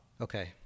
Okay